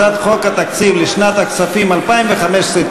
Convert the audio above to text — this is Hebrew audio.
הצעת חוק התקציב לשנת הכספים 2015,